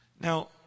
now